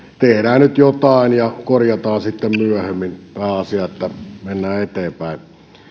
tehdään nyt jotain ja korjataan sitten myöhemmin ja pääasia että mennään eteenpäin